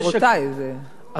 את רוצה יותר שקט?